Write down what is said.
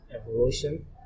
evolution